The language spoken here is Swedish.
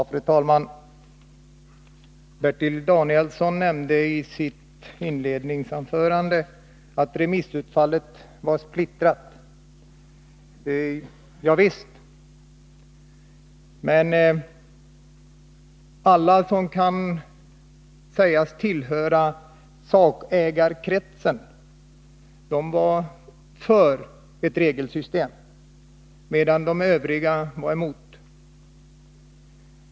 Fru talman! Bertil Danielsson nämnde i sitt inledningsanförande att remissutfallet var splittrat. Ja visst, men alla som kan sägas tillhöra sakägarkretsen var för ett regelsystem, medan de övriga var emot.